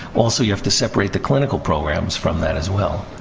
also, you have to separate the clinical programs from that, as well.